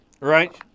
Right